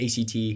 act